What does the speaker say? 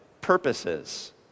purposes